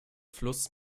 fluss